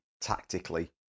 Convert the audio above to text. tactically